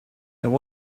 there